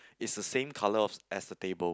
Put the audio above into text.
is the same colour of as the table